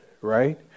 right